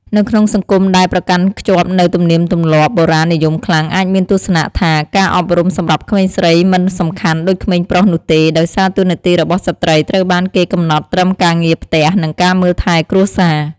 នៅក្នុងសង្គមដែលប្រកាន់ខ្ជាប់នូវទំនៀមទម្លាប់បុរាណនិយមខ្លាំង អាចមានទស្សនៈថាការអប់រំសម្រាប់ក្មេងស្រីមិនសំខាន់ដូចក្មេងប្រុសនោះទេ ដោយសារតួនាទីរបស់ស្ត្រីត្រូវបានគេកំណត់ត្រឹមការងារផ្ទះ និងការមើលថែគ្រួសារ។